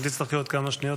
אם תצטרכי עוד כמה שניות,